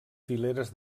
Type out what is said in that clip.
fileres